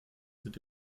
sind